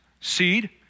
seed